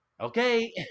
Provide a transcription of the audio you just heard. Okay